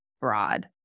broad